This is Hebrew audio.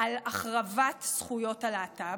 על החרבת זכויות הלהט"ב.